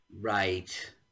Right